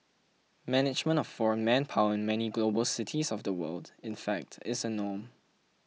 management of foreign manpower in many global cities of the world in fact is a norm